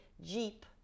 Jeep